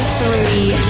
three